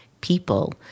people